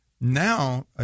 now